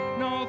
no